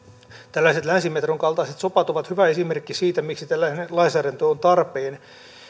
tällaiset länsimetron kaltaiset sopat ovat hyvä esimerkki siitä miksi tällainen lainsäädäntö on tarpeen